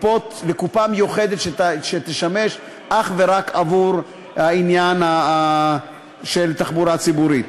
לקופה מיוחדת שתשמש אך ורק עבור העניין של התחבורה הציבורית.